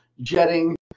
jetting